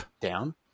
Down